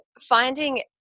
finding